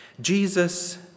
Jesus